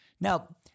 Now